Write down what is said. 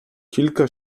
kilka